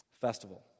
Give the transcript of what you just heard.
festival